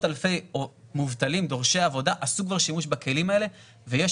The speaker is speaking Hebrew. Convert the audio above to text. אלפי מובטלים דורשי עבודה עשו כבר שימוש בכלים האלה ויש